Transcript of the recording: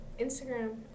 Instagram